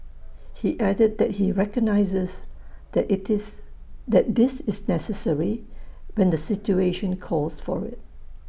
he added that he recognises that IT is that this is necessary when the situation calls for IT